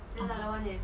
(uh huh)